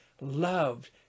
loved